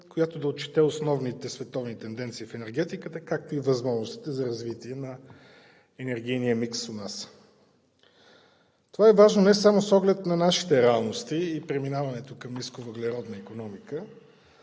която да отчете основните световни тенденции в енергетиката, както и възможностите за развитие на енергийния микс у нас. Това е важно не само с оглед на нашите реалности и преминаването към и нисковъглеродна икономика,